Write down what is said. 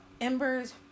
embers